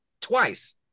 twice